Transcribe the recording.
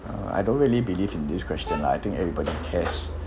uh I don't really believe in this question lah I think everybody cares